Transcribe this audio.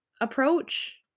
approach